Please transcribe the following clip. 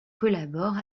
collabore